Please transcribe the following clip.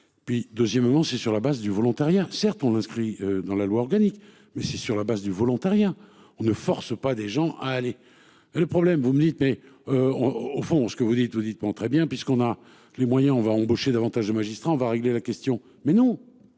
puis deuxièmement, c'est sur la base du volontariat. Certes on inscrit dans la loi organique. Mais c'est sur la base du volontariat, on ne force pas des gens à aller. Le problème, vous me dites mais. Au fond ce que vous dites, vous dites, bon très bien puisqu'on a les moyens on va embaucher davantage de magistrats, on va régler la question mais non.